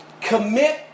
Commit